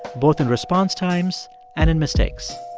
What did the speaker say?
both in response times and in mistakes.